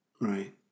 Right